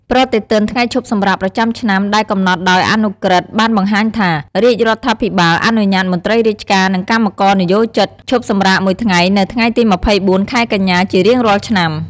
ប្រតិទិនថ្ងៃឈប់សម្រាកប្រចាំឆ្នាំដែលកំណត់ដោយអនុក្រឹត្យបានបង្ហាញថា រាជរដ្ឋាភិបាលអនុញ្ញាតមន្ត្រីរាជការនិងកម្មករនិយោជិតឈប់សម្រាកមួយថ្ងៃនៅថ្ងៃទី២៤ ខែកញ្ញា ជារៀងរាល់ឆ្នាំ។